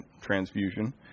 transfusion